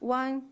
one